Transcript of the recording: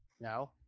No